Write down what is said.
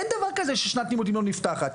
אין דבר כזה ששנת לימודים לא נפתחת.